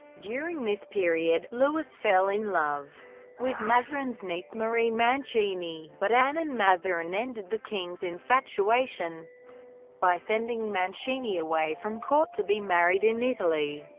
during this period, louis fell in love with mazarin's niece marie mancini, but anne and mazarin ended the king's infatuation by sending mancini away from court to be married in italy.